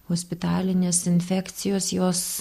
hospitalinės infekcijos jos